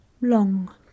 long